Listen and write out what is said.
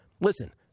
listen